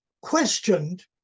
questioned